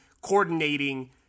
coordinating